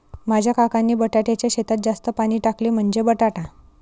माझ्या काकांनी बटाट्याच्या शेतात जास्त पाणी टाकले, म्हणजे बटाटा